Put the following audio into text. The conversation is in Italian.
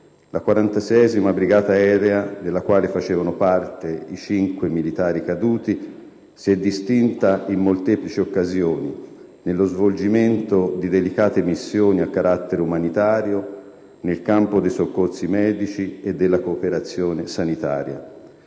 La 46ª Brigata aerea, della quale facevano parte i cinque militari caduti, si è distinta in molteplici occasioni nello svolgimento di delicate missioni a carattere umanitario, nel campo dei soccorsi medici e della cooperazione sanitaria.